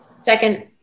second